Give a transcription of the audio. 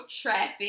traffic